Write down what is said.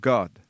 God